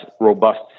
robust